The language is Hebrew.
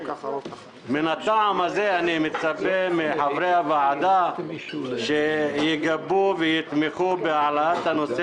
אני מצפה מחברי הוועדה שיגבו ויתמכו בהעלאת הנושא